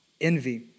Envy